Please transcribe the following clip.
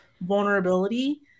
vulnerability